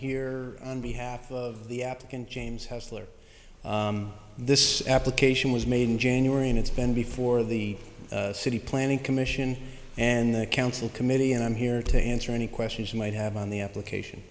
here on behalf of the up and james hausler this application was made in january and it's been before the city planning commission and the council committee and i'm here to answer any questions you might have on the application